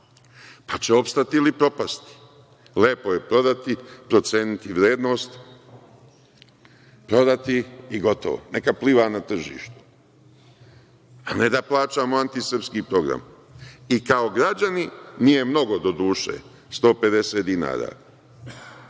pa će opstati ili propasti. Lepo je prodati, proceniti vrednost, prodati i gotovo, neka pliva na tržištu, a ne da plaćamo antisrpski program i kao građani, nije mnogo doduše – 150 dinara,